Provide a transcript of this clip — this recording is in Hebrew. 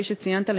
כפי שציינת,